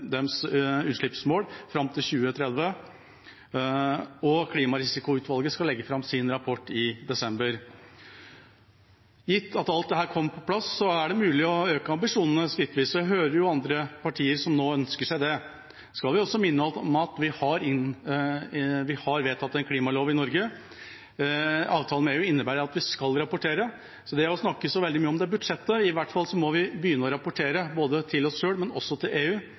deres utslippsmål fram til 2030. Klimarisikoutvalget skal legge fram sin rapport i desember. Gitt at alt dette kommer på plass, er det mulig å øke ambisjonene skrittvis. Jeg hører at andre partier nå ønsker seg det. Jeg skal også minne om at vi har vedtatt en klimalov i Norge. Avtalen med EU innebærer at vi skal rapportere. Så det å snakke så veldig mye om dette i forbindelse med budsjettet – i hvert fall må vi begynne å rapportere, både til oss selv og til EU.